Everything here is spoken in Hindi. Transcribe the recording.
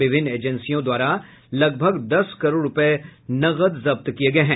विभिन्न एजेंसियों द्वारा लगभ दस करोड रूपये नकद जब्त किये गये हैं